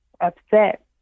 upset